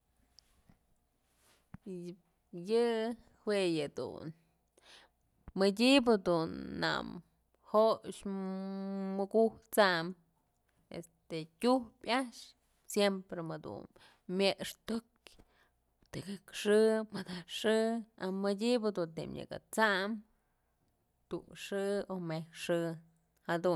Yë jue yëdun, mëdyëbë dun najox mukuk t'sam este tyujpyë a'ax siemprem jedun myextukyë tëkëk xë, madax xë madyëbë dun tëm nëkë t'sam tu'u xë o met's xë jadun.